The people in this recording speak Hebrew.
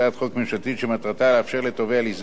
שמטרתה לאפשר לתובע לסגור תיק פלילי,